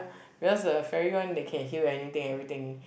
because the ferry one they can heal anything everything